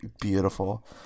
beautiful